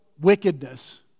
Wickedness